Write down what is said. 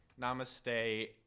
Namaste